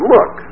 Look